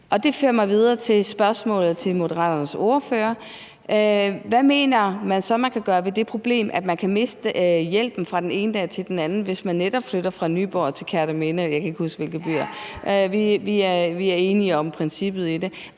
Det fører mig videre til et spørgsmål til Moderaternes ordfører: Hvad mener man så man kan gøre ved det problem, at man kan miste hjælpen fra den ene dag til den anden, hvis man netop flytter fra Nyborg til Kerteminde? Jeg kan ikke